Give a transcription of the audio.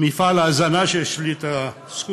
מפעל ההזנה, שיש לי הזכות